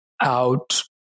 out